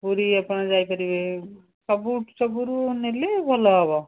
ପୁରୀ ଆପଣ ଯାଇପାରିବେ ସବୁ ନେଲେ ଭଲ ହେବ